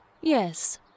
Yes